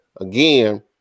again